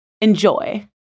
Enjoy